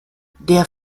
der